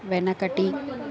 వెనకటి